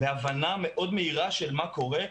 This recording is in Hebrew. בהבנה מאוד מהירה במה שקורה.